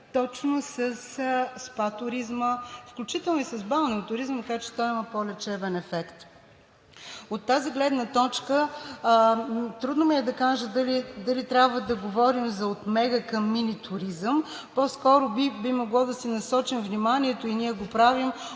точно със СПА туризма, включително и с балнеотуризма, макар че той има по-лечебен ефект. От тази гледна точка трудно ми е да кажа дали трябва да говорим за от мега- към минитуризъм, по-скоро би могло да си насочим вниманието и ние го правим